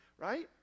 right